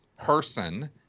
person